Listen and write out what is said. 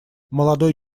молодой